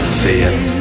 thin